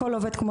הכול עובד כמו